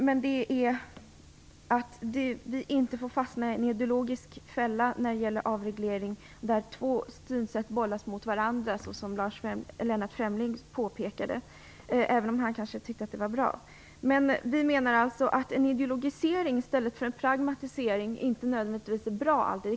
Man får inte fastna i en ideologisk fälla när det gäller avreglering där två synsätt bollas mot varandra, såsom Lennart Fremling påpekade, även om han kanske tyckte att det var bra. En ideologisering i stället för en pragmatisering är nödvändigtvis inte alltid bra.